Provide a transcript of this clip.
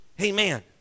Amen